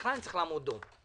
בכלל אני צריך לעמוד דום.